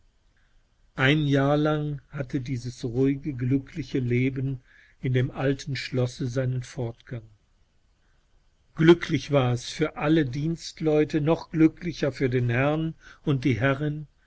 ein jahr lang hatte dieses ruhige glückliche leben in dem alten schlosse seinen fortgang glücklich war es für alle dienstleute noch glücklicher für den herrn und die herrin